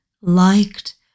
liked